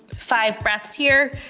five breaths here.